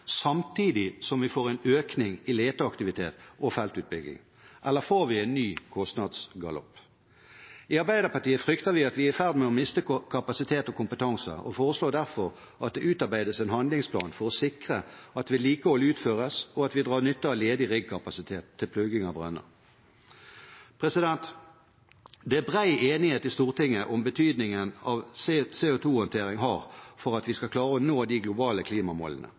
samtidig som vi får en økning i leteaktivitet og feltutbygging? Eller får vi en ny kostnadsgalopp? I Arbeiderpartiet frykter vi at vi er i ferd med å miste kapasitet og kompetanse, og foreslår derfor at det utarbeides en handlingsplan for å sikre at vedlikehold utføres, og for at vi drar nytte av ledig riggkapasitet til plugging av brønner. Det er bred enighet i Stortinget om betydningen CO 2 -håndtering har for at vi skal klare å nå de globale klimamålene.